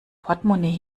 portemonnaie